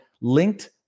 Linked